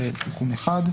זה תיקון אחד.